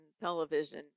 television